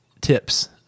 tips